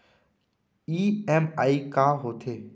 EMI का होथे?